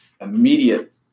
immediate